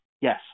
yes